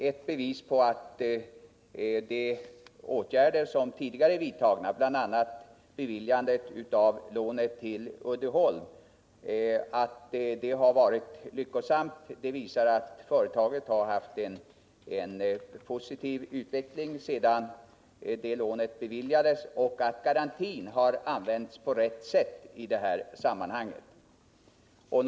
Ett bevis för att de åtgärder som tidigare är vidtagna, bl.a. beviljandet av lånet till Uddeholm, har varit lyckosamma och för att garantin i detta sammanhang har använts på rätt sätt är att företaget haft en positiv utveckling sedan detta lån beviljades.